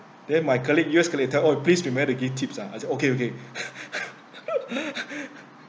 then my colleague U_S colleague tell oh please remem~ to give tips ah I said okay okay